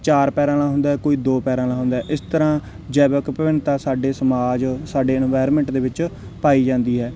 ਚਾਰ ਪੈਰਾਂ ਵਾਲਾ ਹੁੰਦਾ ਕੋਈ ਦੋ ਪੈਰਾਂ ਵਾਲਾ ਹੁੰਦਾ ਇਸ ਤਰ੍ਹਾਂ ਜੈਵਿਕ ਵਿਭਿੰਨਤਾ ਸਾਡੇ ਸਮਾਜ ਸਾਡੇ ਇਨਵਾਇਰਮੈਂਟ ਦੇ ਵਿੱਚ ਪਾਈ ਜਾਂਦੀ ਹੈ